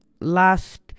last